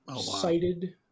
cited